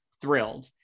thrilled